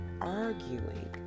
arguing